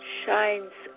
shines